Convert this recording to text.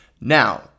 Now